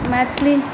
Maithili